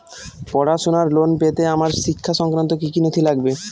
পড়াশুনোর লোন পেতে আমার শিক্ষা সংক্রান্ত কি কি নথি লাগবে?